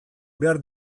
behar